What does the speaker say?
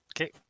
Okay